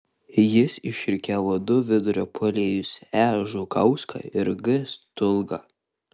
jis išrikiavo du vidurio puolėjus e žukauską ir g stulgą